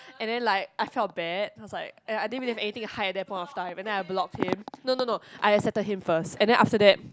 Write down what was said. and then like I felt bad then I was like and I didn't even have anything to hide at that point of time and then I blocked him no no no I accepted him first and then after that